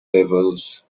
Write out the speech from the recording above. levels